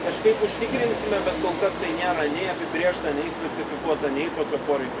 kažkaip užtikrinsime bet kol kas tai nėra nei apibrėžta nei specifikuota nei tokio poreikio